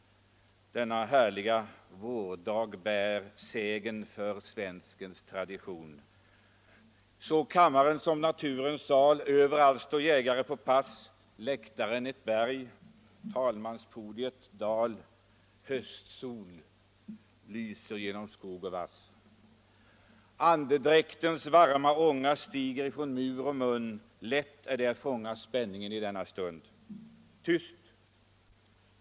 denna härliga vårdag bär Såg kammaren som naturens sal överallt står jägare på pass läktaren — ett berg, talmanpodiet — dal höstsol lyser genom skog och vass Andedräktens varma ånga stiger ifrån myr och mun lätt är det att fånga spänningen i denna stund Tyst!